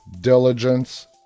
diligence